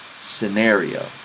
scenario